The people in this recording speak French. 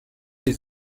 les